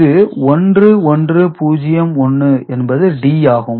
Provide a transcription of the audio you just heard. இது 1101 என்பது D ஆகும்